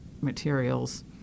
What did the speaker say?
materials